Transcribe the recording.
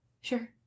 Sure